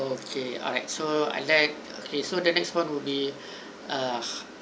~kay alright so I like okay so the next one will be uh